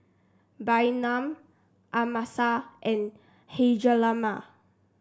Bynum Amasa and Hjalmer